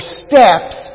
steps